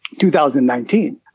2019